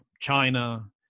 China